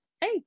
hey